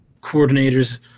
coordinators